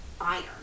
iron